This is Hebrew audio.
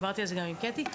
דיברתי על זה גם עם קטי,